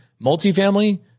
multifamily